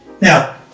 Now